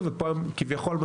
ובלי עומרי לא הייתי עושה את זה,